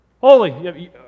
holy